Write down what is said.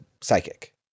psychic